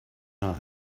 not